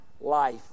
life